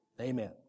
Amen